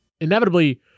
inevitably